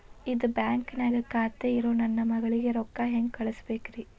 ಇದ ಬ್ಯಾಂಕ್ ನ್ಯಾಗ್ ಖಾತೆ ಇರೋ ನನ್ನ ಮಗಳಿಗೆ ರೊಕ್ಕ ಹೆಂಗ್ ಕಳಸಬೇಕ್ರಿ?